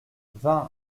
vingt